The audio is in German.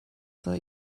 sei